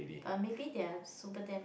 but maybe they are super damn